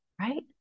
right